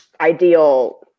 ideal